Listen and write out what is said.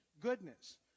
goodness